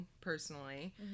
personally